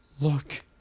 look